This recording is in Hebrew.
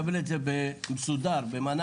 שהוא קיבל את זה בשמחה ובהבנה.